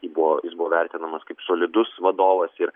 buvo jis buvo vertinamas kaip solidus vadovas ir